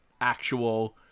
actual